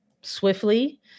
swiftly